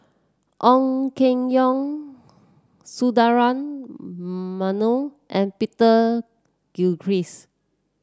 Ong Keng Yong Sundaresh Menon and Peter Gilchrist